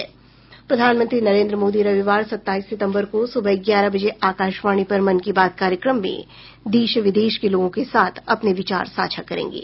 प्रधानमंत्री नरेन्द्र मोदी रविवार सताईस सितम्बर को सुबह ग्यारह बजे आकाशवाणी पर मन की बात कार्यक्रम में देश विदेश के लोगों के साथ अपने विचार साझा करेंगे